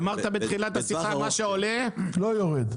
אמרת בתחילת השיחה שמה שעולה לא יורד.